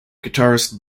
guitarist